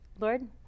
Lord